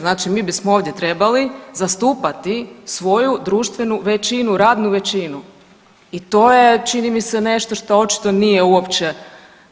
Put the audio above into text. Znači mi bismo ovdje trebali zastupati svoju društvenu većinu, radnu većini i to je čini mi se nešto što očito nije uopće